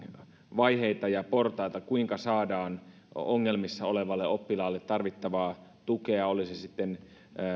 vaiheita ja portaita kuinka saadaan ongelmissa olevalle oppilaalle tarvittavaa tukea oli se sitten